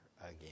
again